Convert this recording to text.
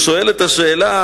שואל את השאלה,